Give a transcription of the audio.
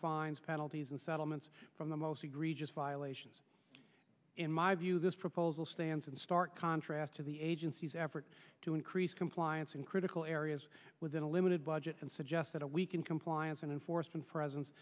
fines penalties and settlements from the most egregious violations in my view this proposal stands in stark contrast to the agency's effort to increase compliance in critical areas within a limited budget and suggest that a week in compliance and enforcement